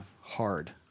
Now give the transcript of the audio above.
hard